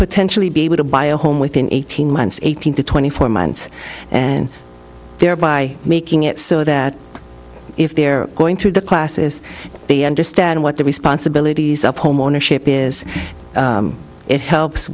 potentially be able to buy a home within eighteen months eighteen to twenty four months and thereby making it so that if they're going through the classes they understand what the responsibilities of home ownership is it helps